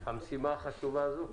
המשימה החשובה הזו?